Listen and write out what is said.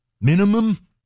minimum